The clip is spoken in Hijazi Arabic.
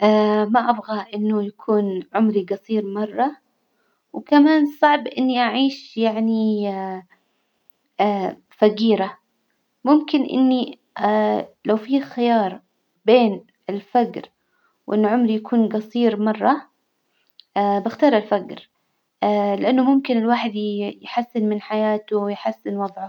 ما أبغى إنه يكون عمري جصير مرة، وكمان صعب إني أعيش يعني فجيرة، ممكن إني لو فيه خيار بين الفجر وإن عمري يكون جصير مرة بختار الفجر لإنه ممكن الواحد ي- يحسن من حياته ويحسن وضعه.